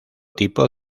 tipo